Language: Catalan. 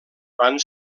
van